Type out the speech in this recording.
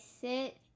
sit